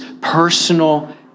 personal